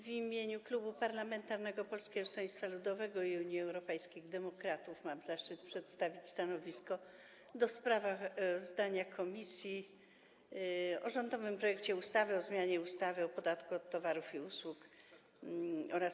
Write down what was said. W imieniu Klubu Poselskiego Polskiego Stronnictwa Ludowego - Unii Europejskich Demokratów mam zaszczyt przedstawić stanowisko wobec sprawozdania komisji o rządowym projekcie ustawy o zmianie ustawy o podatku od towarów i usług oraz